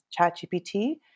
ChatGPT